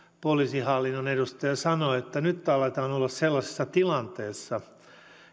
poliisihallinnon edustaja sanoi että nyt aletaan olla sellaisessa tilanteessa